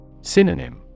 Synonym